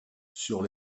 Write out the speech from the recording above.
sur